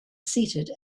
seated